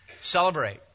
celebrate